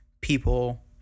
people